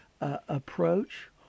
approach